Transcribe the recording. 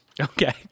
Okay